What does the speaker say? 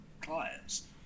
clients